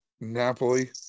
Napoli